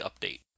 update